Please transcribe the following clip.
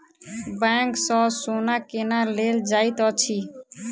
bank सँ सोना केना लेल जाइत अछि